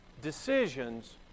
Decisions